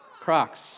Crocs